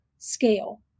Scale